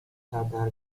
سردرگم